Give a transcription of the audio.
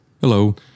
Hello